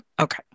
Okay